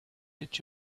did